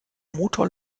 motor